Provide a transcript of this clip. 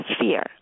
fear